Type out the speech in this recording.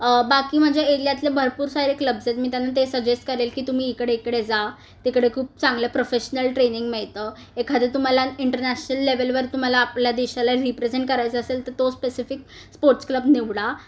बाकी माझ्या एरियातले भरपूर सारे क्लब्सएत मी त्यांना ते सजेस्ट करेल की तुम्ही इकडे इकडे जा तिकडे खूप चांगलं प्रोफेशनल ट्रेनिंग मिळतं एखादं तुम्हाला इंटरनॅशनल लेवलवर तुम्हाला आपल्या देशाला रिप्रेझेंट करायचा असेल तर तो स्पेसिफिक स्पोर्ट्स क्लब निवडा